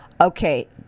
Okay